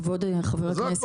כבוד חבר הכנסת,